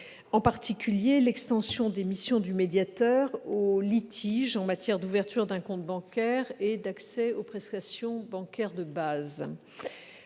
en particulier l'extension des missions du médiateur aux litiges relatifs à l'ouverture d'un compte bancaire et à l'accès aux prestations bancaires de base.